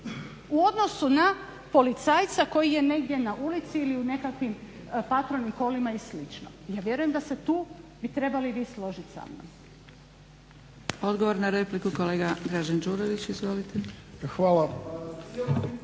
u odnosu na policajca koji je negdje na ulici ili u nekakvim patrolnim kolima i slično. Ja vjerujem da bi se tu trebali i vi složiti sa mnom. **Zgrebec, Dragica (SDP)** Odgovor na repliku kolega Dražen Đurović. Izvolite. **Đurović,